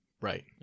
right